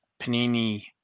panini